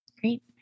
Great